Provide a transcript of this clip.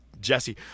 Jesse